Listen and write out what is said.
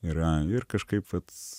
yra ir kažkaip vat